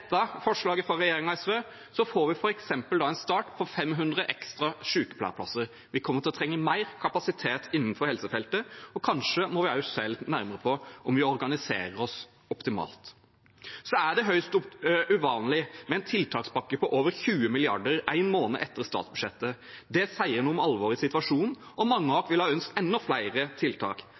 forslaget fra regjeringen og SV får vi f.eks. en start på 500 ekstra sykepleierplasser. Vi kommer til å trenge mer kapasitet innenfor helsefeltet, og kanskje må vi se litt nærmere på om vi organiserer oss optimalt. Så er det høyst uvanlig med en tiltakspakke på over 20 mrd. kr en måned etter statsbudsjettet. Det sier noe om alvoret i situasjonen. Mange av oss ville ha ønsket enda flere tiltak.